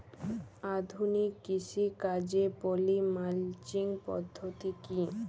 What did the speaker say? আধুনিক কৃষিকাজে poly mulching পদ্ধতি কি?